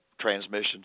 transmissions